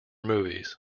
movies